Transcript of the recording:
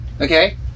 Okay